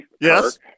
Yes